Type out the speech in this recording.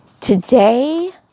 Today